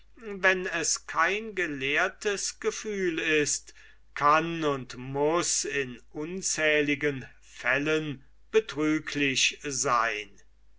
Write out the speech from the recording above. wenn es kein gelehrtes gefühl ist kann und muß in unzähligen fällen betrüglich sein